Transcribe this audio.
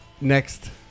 Next